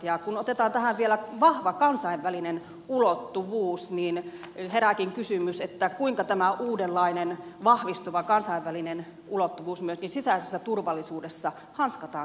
kun otetaan tähän vielä vahva kansainvälinen ulottuvuus niin herääkin kysymys kuinka tämä uudenlainen vahvistuva kansainvälinen ulottuvuus myöskin sisäisessä turvallisuudessa hanskataan suomessa paremmin